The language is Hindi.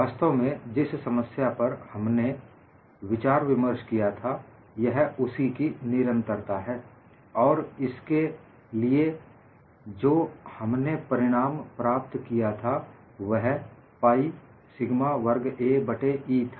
वास्तव में जिस समस्या पर हमने विचार विमर्श किया था यह उसी की निरंतरता है और इसके लिए जो हमने परिणाम प्राप्त किया था वह पाइ सिग्मा वर्ग a बट्टे E था